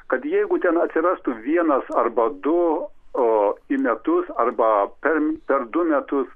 kad jeigu ten atsirastų vienas arba du o į metus arba per per du metus